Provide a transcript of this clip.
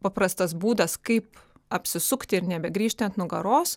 paprastas būdas kaip apsisukti ir nebegrįžti ant nugaros